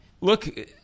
look